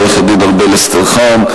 עורכת-דין ארבל אסטרחן,